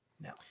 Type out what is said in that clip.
No